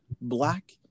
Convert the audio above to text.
black